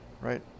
right